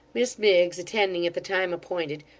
miss miggs attending at the time appointed,